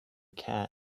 cat